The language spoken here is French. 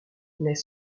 n’est